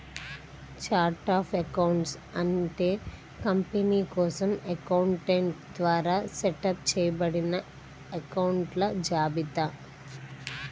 chart of accounts అంటే company కోసం accountant ద్వారా సెటప్ చేయబడిన అకొంట్ల జాబితా